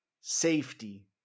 safety